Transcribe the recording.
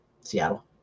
Seattle